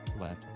Let